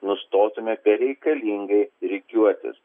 nustotume bereikalingai rikiuotis